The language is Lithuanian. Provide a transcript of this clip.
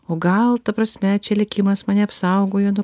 o gal ta prasme čia likimas mane apsaugojo nuo